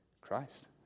Christ